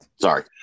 Sorry